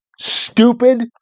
stupid